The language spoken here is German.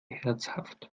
herzhaft